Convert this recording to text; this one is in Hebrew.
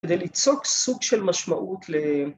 ‫כדי ליצוק סוג של משמעות ל...